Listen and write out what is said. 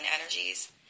energies